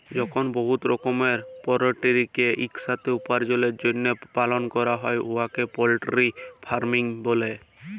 যখল বহুত রকমের পলটিরিকে ইকসাথে উপার্জলের জ্যনহে পালল ক্যরা হ্যয় উয়াকে পলটিরি ফার্মিং ব্যলে